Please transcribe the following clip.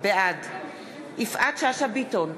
בעד יפעת שאשא ביטון,